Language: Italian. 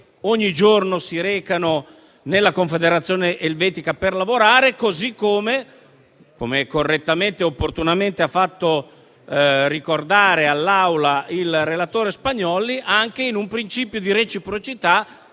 ogni giorno si recano nella Confederazione elvetica per lavorare. Come correttamente e opportunamente ha ricordato all'Aula il relatore Spagnolli, ciò avviene anche in un principio di reciprocità,